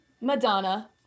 Madonna